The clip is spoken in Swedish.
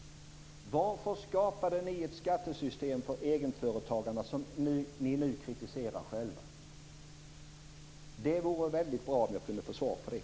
Varför skapade ni ett skattesystem för egenföretagarna som ni nu kritiserar själva? Det vore väldigt bra om jag kunde få svar på det.